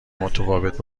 متفاوت